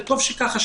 וטוב שכך,